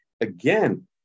Again